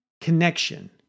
connection